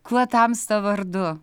kuo tamsta vardu